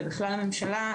ובכלל לממשלה,